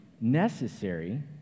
necessary